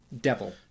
devil